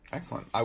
Excellent